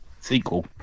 sequel